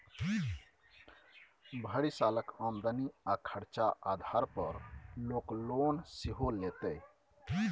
भरि सालक आमदनी आ खरचा आधार पर लोक लोन सेहो लैतै